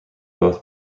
both